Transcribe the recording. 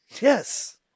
Yes